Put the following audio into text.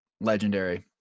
legendary